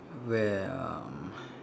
where um